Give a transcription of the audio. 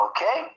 Okay